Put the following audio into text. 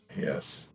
Yes